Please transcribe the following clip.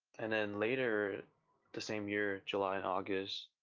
and then later the same year july and august,